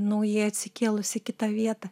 naujai atsikėlus į kitą vietą